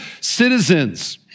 citizens